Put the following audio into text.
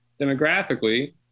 demographically